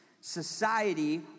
Society